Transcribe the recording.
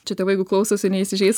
čia tėvai jeigu klausosi neįsižeis